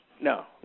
No